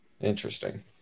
Interesting